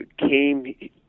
came